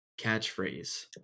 catchphrase